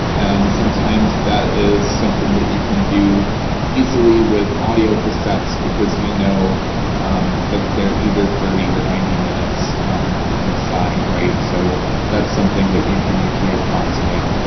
and sometimes that is something that you can do easily with audiocassettes because you know um that they're either thirty or ninety minutes on on a side, right? so that's something that you can usually approximate.